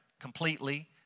Completely